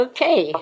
Okay